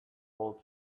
told